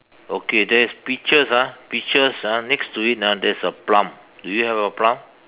okay there is peaches ah peaches ah next to it ah there's a plum do you have a plum